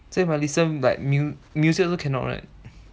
so if I listen like mu~ music also cannot right